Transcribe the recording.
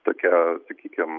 tokia sakykim